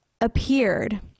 appeared